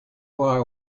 why